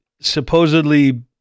supposedly